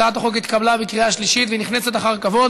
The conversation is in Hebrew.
הצעת החוק התקבלה בקריאה שלישית, ונכנסת אחר כבוד